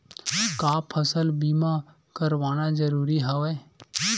का फसल बीमा करवाना ज़रूरी हवय?